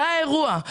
זה האירוע.